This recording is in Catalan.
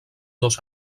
dos